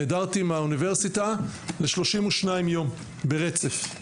נעדרתי מהאוניברסיטה 32 יום ברצף.